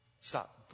Stop